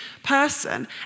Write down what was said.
person